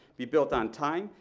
be built on time,